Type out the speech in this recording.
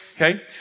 Okay